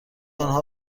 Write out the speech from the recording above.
آنها